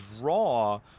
draw